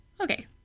Okay